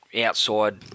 outside